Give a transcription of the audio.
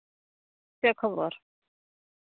ᱪᱮᱫ ᱠᱷᱚᱵᱚᱨ